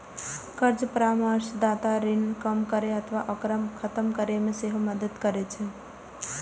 कर्ज परामर्शदाता ऋण कम करै अथवा ओकरा खत्म करै मे सेहो मदति करै छै